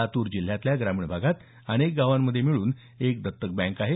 लातूर जिल्ह्यातल्या ग्रामीण भागात अनेक गावांमध्ये मिळून एक दत्तक बँक आहे